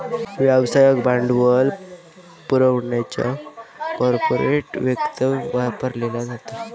व्यवसायाक भांडवल पुरवच्यासाठी कॉर्पोरेट वित्त वापरला जाता